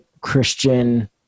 Christian